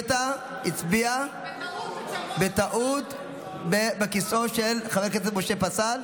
גואטה הצביע בטעות בכיסאו של חבר הכנסת משה פסל,